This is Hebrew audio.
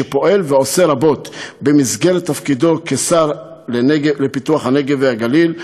שפועל ועושה רבות במסגרת תפקידו כשר לפיתוח הנגב והגליל,